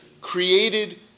created